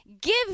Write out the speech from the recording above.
Give